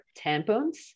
tampons